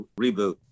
reboot